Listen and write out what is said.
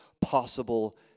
possible